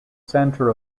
center